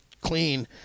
clean